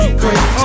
great